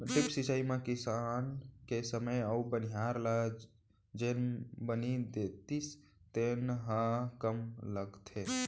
drip सिंचई म किसान के समे अउ बनिहार ल जेन बनी देतिस तेन ह कम लगथे